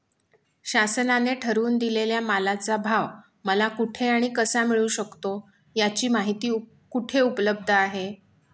शासनाने ठरवून दिलेल्या मालाचा भाव मला कुठे आणि कसा मिळू शकतो? याची माहिती कुठे उपलब्ध आहे?